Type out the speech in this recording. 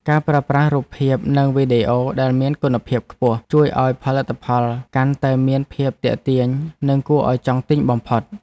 ការប្រើប្រាស់រូបភាពនិងវីដេអូដែលមានគុណភាពខ្ពស់ ជួយឱ្យផលិតផលកាន់តែមានភាពទាក់ទាញនិងគួរឱ្យចង់ទិញបំផុត។